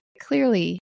clearly